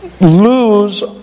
lose